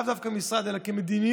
לאו דווקא המשרד אלא כמדיניות,